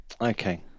Okay